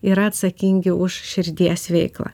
yra atsakingi už širdies veiklą